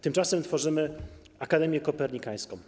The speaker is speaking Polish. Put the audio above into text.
Tymczasem tworzymy Akademię Kopernikańską.